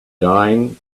dying